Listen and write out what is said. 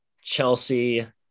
Chelsea